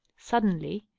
suddenly,